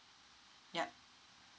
yup